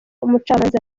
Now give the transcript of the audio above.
umucamanza